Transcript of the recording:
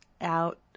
out